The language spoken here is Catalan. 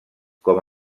com